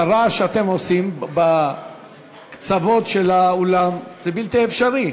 הרעש שאתם עושים בקצוות של האולם, זה בלתי אפשרי.